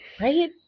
Right